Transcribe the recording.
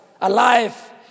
alive